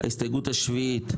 ההסתייגות השביעית,